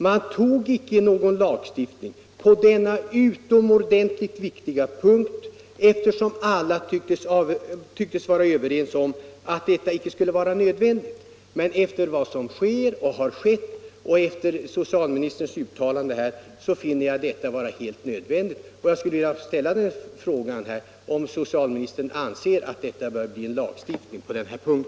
Man tog icke någon lagstiftning på denna ytterligt väsentliga — sjukvårdspersonal punkt, eftersom alla tycktes vara överens om att det icke skulle vara — att medverka vid nödvändigt. Men efter vad som har skett och efter socialministerns ut — abortingrepp talande här finner jag det vara helt nödvändigt.